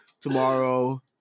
tomorrow